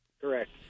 Correct